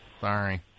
Sorry